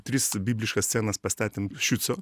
tris bibliškas scenas pastatėm šiuco